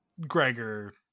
Gregor